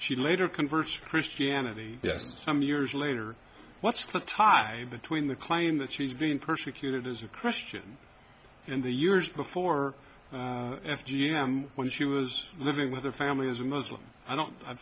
she later converts christianity yes some years later what's the tie between the claim that she's been persecuted as a christian in the years before and when she was living with her family as a muslim i don't i